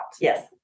Yes